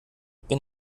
bin